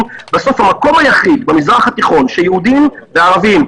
בסוף המקום היחיד במזרח התיכון שיהודים וערבים,